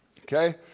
Okay